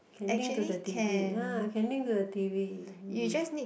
can link to the T_V ah can link to the T_V mm